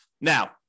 Now